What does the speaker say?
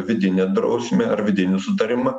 vidinę drausmę ar vidinį sutarimą